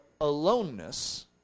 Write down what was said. aloneness